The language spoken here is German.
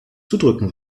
zudrücken